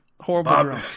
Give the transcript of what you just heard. horrible